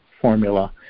formula